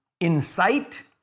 incite